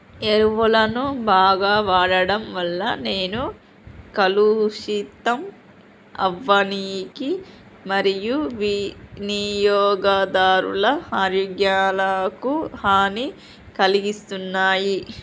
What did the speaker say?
ఎరువులను బాగ వాడడం వల్ల నేల కలుషితం అవ్వనీకి మరియూ వినియోగదారుల ఆరోగ్యాలకు హనీ కలిగిస్తున్నాయి